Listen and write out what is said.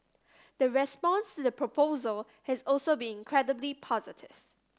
the response to the proposal has also been incredibly positive